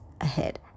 ahead